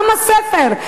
עם הספר,